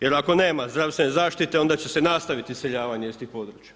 Jer ako nema zdravstvene zaštite, onda će se nastaviti iseljavanje iz tih područja.